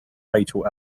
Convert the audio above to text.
fatal